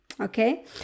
okay